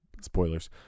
spoilers